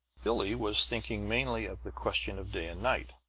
billie was thinking mainly of the question of day and night.